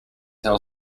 tell